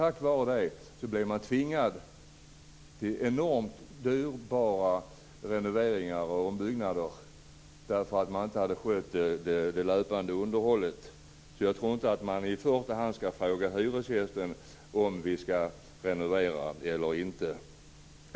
Man blev tvingad till enormt dyrbara renoveringar och ombyggnader därför att man inte hade skött det löpande underhållet. Jag tror inte att man i första hand skall fråga hyresgästen om man skall renovera eller inte.